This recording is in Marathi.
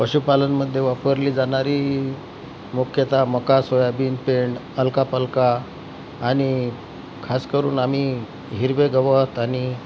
पशुपालनामध्ये वापरली जाणारी मुख्यतः मका सोयाबीन पेंड अल्का पलका आणि खास करून आम्ही हिरवे गवत आणि